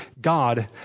God